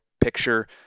picture